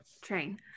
train